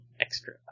extra